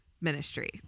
ministry